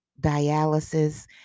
dialysis